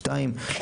שניים,